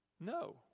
no